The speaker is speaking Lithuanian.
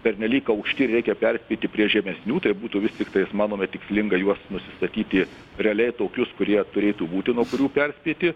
pernelyg aukšti reikia perspėti prie žemesnių tai būtų vis tiktais manome tikslinga juos nusistatyti realiai tokius kurie turėtų būti nuo kurių perspėti